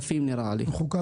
נראה לי ועדת חוקה